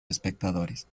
espectadores